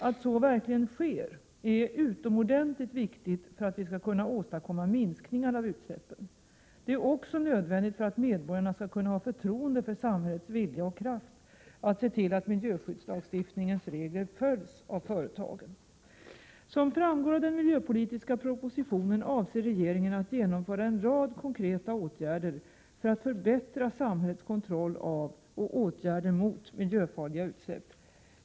Att så verkligen sker är utomordentligt viktigt för att vi skall kunna åstadkomma minskningar av utsläppen. Det är också nödvändigt för att medborgarna skall kunna ha förtroende för samhällets vilja och kraft att se till att miljöskyddslagstiftningens regler följs av företagen. Som framgår av den miljöpolitiska propositionen avser regeringen att genomföra en rad konkreta åtgärder för att förbättra samhällets kontroll av och åtgärder mot miljöfarliga utsläpp.